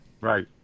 right